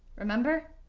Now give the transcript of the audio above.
remember?